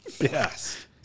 Yes